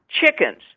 chickens